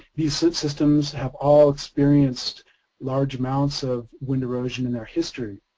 these systems have all experienced large amounts of wind erosion in their history.